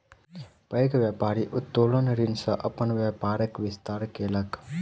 पैघ व्यापारी उत्तोलन ऋण सॅ अपन व्यापारक विस्तार केलक